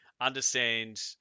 understand